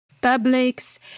publics